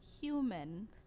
human